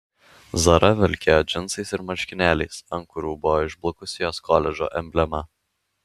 zara vilkėjo džinsais ir marškinėliais ant kurių buvo išblukusi jos koledžo emblema